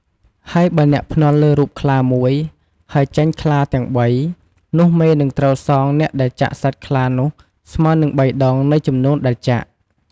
ហើយបើអ្នកភ្នាល់លើរូបខ្លាមួយហើយចេញខ្លាទាំងបី នោះមេនឹងត្រូវសងអ្នកដែលចាក់សត្វខ្លានោះស្មើនឹង ៣ដង នៃចំនួនដែលចាក់។